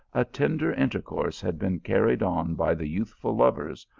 a tender inter course had been carried on by the youthful lovers,